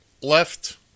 left